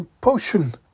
potion